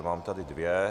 Mám tady dvě.